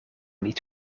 niet